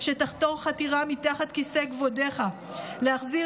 שתחתור חתירה מתחת כיסא כבודך להחזיר